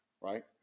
Right